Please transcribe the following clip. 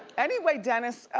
anyway, dennis,